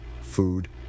food